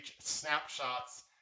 Snapshots